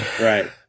Right